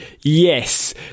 Yes